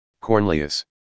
Cornelius